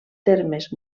termes